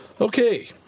Okay